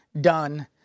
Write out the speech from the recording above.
done